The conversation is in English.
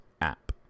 app